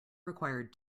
required